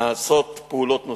נעשות פעולות נוספות,